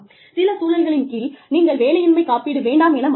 சில சூழல்களின் கீழ் நீங்கள் வேலையின்மை காப்பீடு வேண்டாம் என மறுக்கலாம்